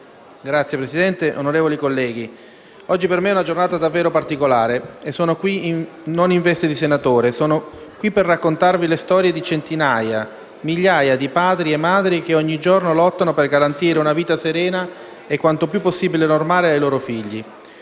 Signora Presidente, onorevoli colleghi, oggi per me è una giornata davvero particolare. Non sono qui in veste di senatore ma sono qui per raccontarvi le storie di centinaia, migliaia di padri e madri che, ogni giorno, lottano per garantire una vita serena e quanto più possibile normale ai loro figli.